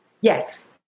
Yes